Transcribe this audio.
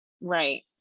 Right